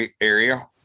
area